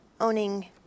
owning